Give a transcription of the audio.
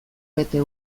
bete